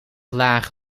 laag